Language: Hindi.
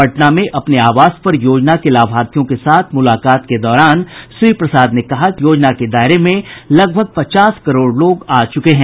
पटना में अपने आवास पर योजना के लाभार्थियों के साथ मुलाकात के दौरान श्री प्रसाद ने कहा कि अब इस योजना के दायरे में लगभग पचास करोड़ लोग आ चुके हैं